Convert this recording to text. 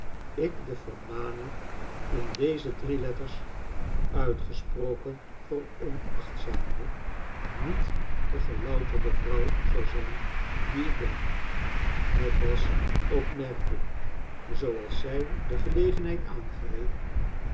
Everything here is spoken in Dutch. ik de vermaning in deze drie letters uitgesproken veronachtzamende niet de gelouterde vrouw zou zijn die ik ben het was opmerkelijk zooals zij de gelegenheid aangreep